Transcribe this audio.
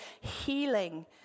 healing